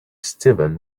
steven